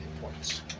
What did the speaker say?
points